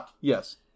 yes